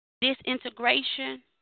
disintegration